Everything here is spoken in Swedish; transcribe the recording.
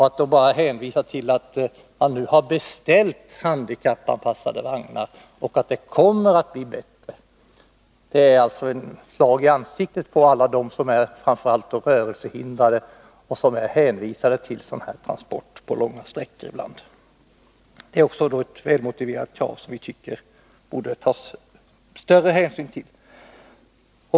Att då bara hänvisa till att man nu har beställt handikappanpassade vagnar och att det kommer att bli bättre — det är ett slag i ansiktet på alla som är hänvisade till sådana transporter, framför allt rörelsehindrade, som ibland måste resa långa sträckor. Det är också ett välmotiverat krav som vi här ställer och som vi tycker att man borde ha tagit större hänsyn till.